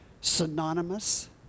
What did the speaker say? synonymous